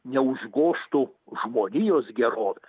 neužgožtų žmonijos gerovės